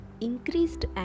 Increased